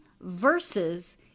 versus